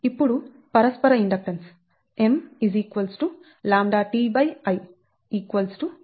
ఇప్పుడు పరస్పర inductance M λTI 0